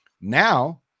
now